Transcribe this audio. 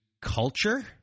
culture